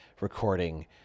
recording